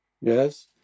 yes